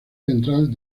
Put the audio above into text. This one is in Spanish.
central